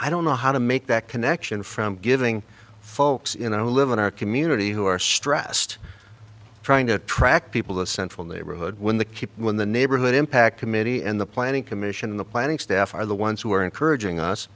i don't know how to make that connection from giving folks in a live in our community who are stressed trying to attract people to central neighborhood when the keep when the neighborhood impact committee and the planning commission the planning staff are the ones who are encouraging us